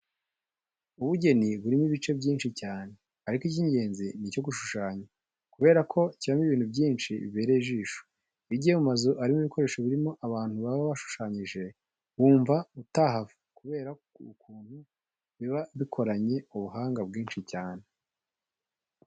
Ubugeni burimo ibice byinshi cyane, ariko icy'ingenzi ni icyo gushushanya kubera ko kibamo ibintu byinshi bibereye ijisho. Iyo ugiye mu mazu arimo ibikoresho biriho abintu baba bashushanyije wumva utahava kubera ukuntu biba bikoranye ubuhanga bwinshi cyane.